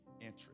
Entry